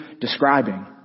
describing